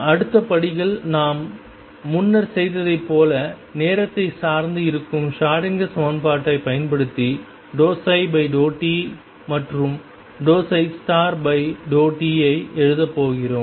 அடுத்த படிகள் நாம் முன்னர் செய்ததைப் போல நேரத்தை சார்ந்து இருக்கும் ஷ்ரோடிங்கர் சமன்பாட்டைப் பயன்படுத்தி ∂ψ∂t மற்றும் ∂ψ∂t ஐ எழுதப் போகிறோம்